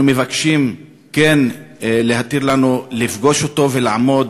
אנחנו מבקשים להתיר לנו לפגוש אותו, לעמוד